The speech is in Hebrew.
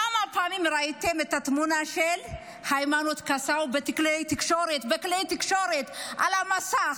כמה פעמים ראיתם את התמונה של היימנוט קסאו בכלי התקשורת על המסך?